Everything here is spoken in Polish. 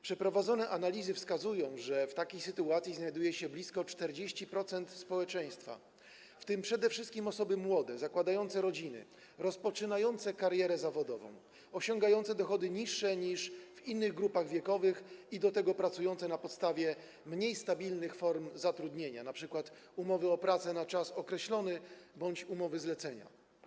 Przeprowadzone analizy wskazują, że w takiej sytuacji znajduje się blisko 40% społeczeństwa, w tym przede wszystkim osoby młode, zakładające rodziny, rozpoczynające karierę zawodową, osiągające dochody niższe niż w innych grupach wiekowych i do tego pracujące na podstawie mniej stabilnych form zatrudnienia, np. umowy o pracę na czas określony bądź umowy-zlecenia.